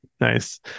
Nice